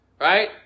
right